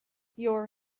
your